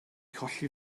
colli